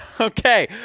Okay